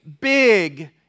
big